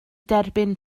derbyn